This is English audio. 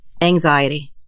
Anxiety